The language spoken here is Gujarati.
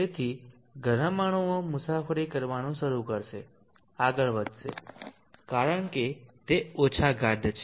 તેથી ગરમ અણુઓ મુસાફરી કરવાનું શરૂ કરશે આગળ વધશે કારણ કે તે ઓછા ગાઢ છે